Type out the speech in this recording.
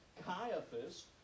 Caiaphas